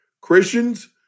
Christians